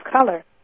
color